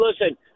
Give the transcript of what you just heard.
listen